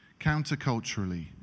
counterculturally